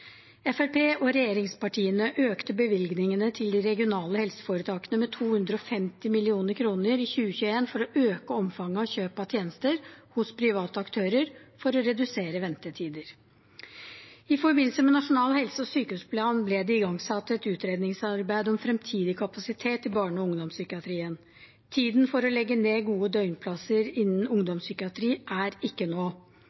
og regjeringspartiene økte bevilgningene til de regionale helseforetakene med 250 mill. kr i 2021 for å øke omfanget av kjøp av tjenester hos private aktører for å redusere ventetider. I forbindelse med Nasjonal helse- og sykehusplan ble det igangsatt et utredningsarbeid om fremtidig kapasitet i barne- og ungdomspsykiatrien. Tiden for å legge ned gode døgnplasser innen